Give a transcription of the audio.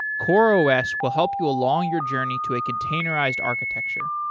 coreos will help you along your journey to a containerized architecture.